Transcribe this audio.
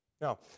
Now